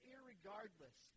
Irregardless